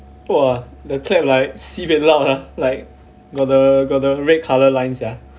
!wah! the clap like sibeh loud ah like got the got the red colour line sia